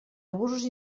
abusos